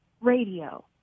radio